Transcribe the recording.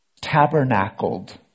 tabernacled